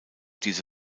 diese